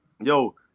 yo